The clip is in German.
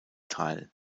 teil